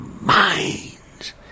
minds